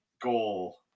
goal